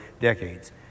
decades